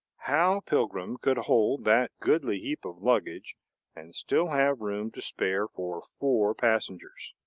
how pilgrim could hold that goodly heap of luggage and still have room to spare for four passengers?